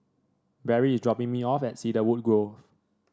Barrie is dropping me off at Cedarwood Grove